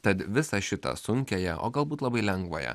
tad visą šitą sunkiąją o galbūt labai lengvąją